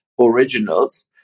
originals